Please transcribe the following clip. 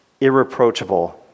irreproachable